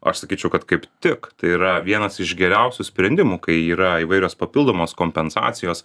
aš sakyčiau kad kaip tik tai yra vienas iš geriausių sprendimų kai yra įvairios papildomos kompensacijos